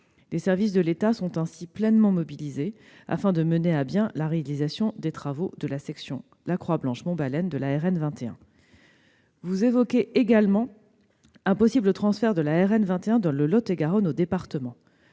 Les services de l'État sont ainsi pleinement mobilisés afin de mener à bien la réalisation des travaux de la section La Croix-Blanche-Monbalen de la RN 21. Vous évoquez également un possible transfert de la RN 21 dans le Lot-et-Garonne au département.